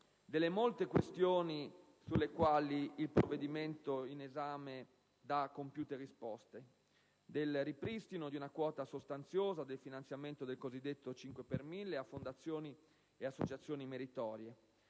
delle molte questioni sulle quali il provvedimento in esame dà compiute risposte, del ripristino di una quota sostanziosa del finanziamento del cosiddetto 5 per mille a fondazioni ed associazioni meritorie.